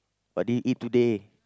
what did you eat today